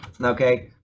Okay